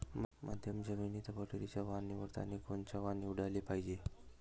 मध्यम जमीनीत पराटीचं वान निवडतानी कोनचं वान निवडाले पायजे?